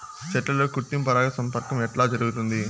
చెట్లల్లో కృత్రిమ పరాగ సంపర్కం ఎట్లా జరుగుతుంది?